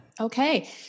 Okay